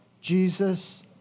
Jesus